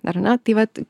ar ne tai vat